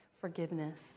forgiveness